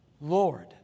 Lord